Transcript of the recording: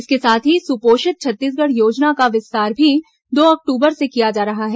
इसके साथ ही सुपोषित छत्तीसगढ़ योजना का विस्तार भी दो अक्टूबर से किया जा रहा है